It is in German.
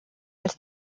als